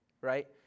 right